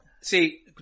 See